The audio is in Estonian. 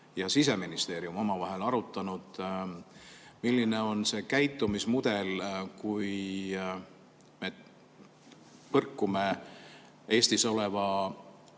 ja Siseministeerium, omavahel arutanud, milline on see käitumismudel, kui me põrkume Eestis oleva